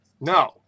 No